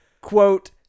quote